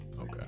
Okay